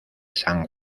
san